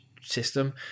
system